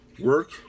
Work